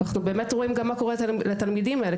אנחנו רואים מה קורה לתלמידים האלה,